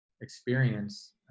experience